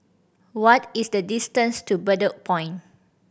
what is the distance to Bedok Point